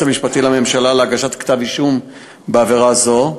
המשפטי לממשלה להגשת כתב אישום בעבירה זו,